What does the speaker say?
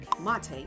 mate